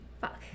Fuck